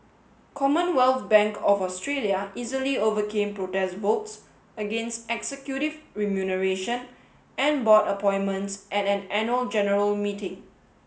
Commonwealth Bank of Australia easily overcame protest votes against executive remuneration and board appointments at an annual general meeting